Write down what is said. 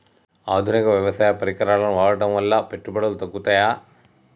ఆధునిక వ్యవసాయ పరికరాలను వాడటం ద్వారా పెట్టుబడులు తగ్గుతయ?